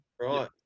Right